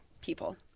people